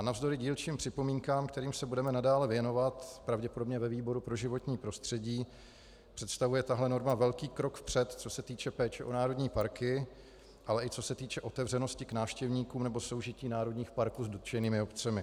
Navzdory dílčím připomínkám, kterým se budeme nadále věnovat pravděpodobně ve výboru pro životní prostředí, představuje tahle norma velký krok vpřed, co se týče péče o národní parky, ale i co se týče otevřenosti k návštěvníkům nebo soužití národních parků s dotčenými obcemi.